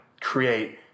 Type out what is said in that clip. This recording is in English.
create